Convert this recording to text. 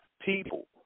People